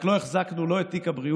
רק לא החזקנו לא את תיק הבריאות